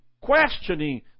questioning